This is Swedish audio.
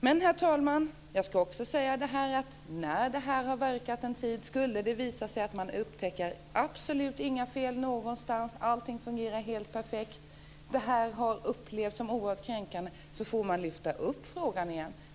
Men jag ska också säga detta, herr talman: Skulle det visa sig, när detta har verkat en tid, att man absolut inte upptäcker några fel någonstans, att allting fungerar helt perfekt och att detta har upplevts som oerhört kränkande får man väl lyfta upp frågan igen.